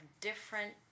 different